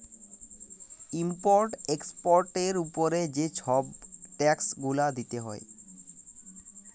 import এক্সপর্টের উপরে যে ছব ট্যাক্স গুলা দিতে হ্যয়